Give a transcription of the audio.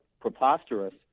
preposterous